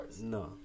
No